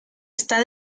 está